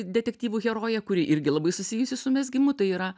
detektyvų herojė kuri irgi labai susijusi su mezgimu tai yra